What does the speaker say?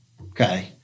okay